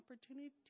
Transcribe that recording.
opportunity